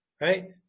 right